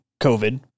COVID